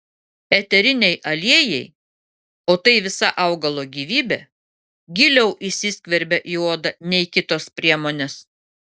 eteriniai aliejai o tai visa augalo gyvybė giliau įsiskverbia į odą nei kitos priemonės